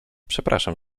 przepraszam